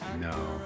No